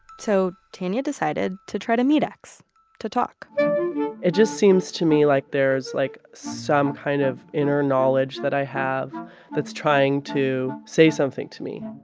so tanya decided to try to meet x to talk it just seems to me like there's, like, some kind of inner knowledge that i have that's trying to say something to me.